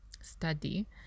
study